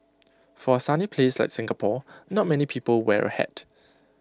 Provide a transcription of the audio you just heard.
for A sunny place like Singapore not many people wear A hat